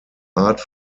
art